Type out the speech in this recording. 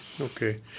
Okay